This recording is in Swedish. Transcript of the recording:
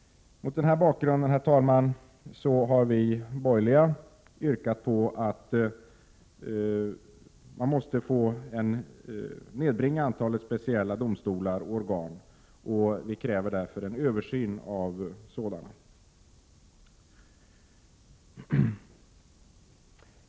Mot den bakgrunden, herr talman, har vi borgerliga yrkat på att antalet speciella domstolar och organ skall nedbringas, och vi kräver därför en översyn av sådana.